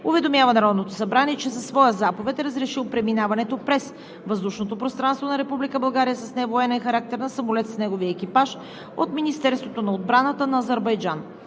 уведомява Народното събрание, че със своя заповед е разрешил преминаването през въздушното пространство на Република България с невоенен характер на самолет с неговия екипаж от Министерството на отбраната на Азербайджан.